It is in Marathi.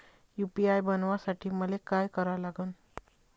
यू.पी.आय बनवासाठी मले काय करा लागन?